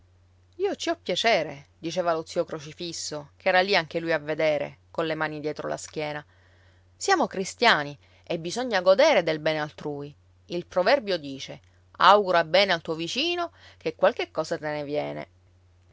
io ci ho piacere diceva lo zio crocifisso ch'era lì anche lui a vedere colle mani dietro la schiena siamo cristiani e bisogna godere del bene altrui il proverbio dice augura bene al tuo vicino ché qualche cosa te ne viene